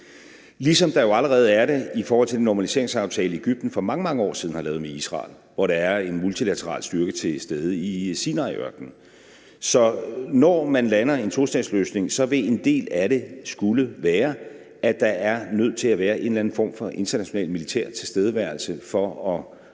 ligesom der jo allerede er det i forhold til den normaliseringsaftale, Egypten for mange, mange år siden har lavet med Israel, hvor der er en multilateral styrke til stede i Sinaiørkenen. Så når man lander en tostatsløsning, vil en del af det skulle være, at der er nødt til at være en eller anden form for international militær tilstedeværelse for at